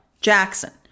Jackson